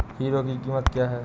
Hero की कीमत क्या है?